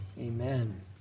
Amen